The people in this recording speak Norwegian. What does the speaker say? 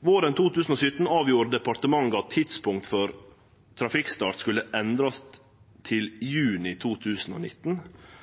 Våren 2017 avgjorde departementet at tidspunkt for trafikkstart skulle endrast